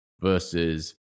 versus